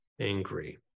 angry